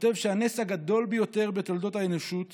שהנס הגדול ביותר בתולדות האנושות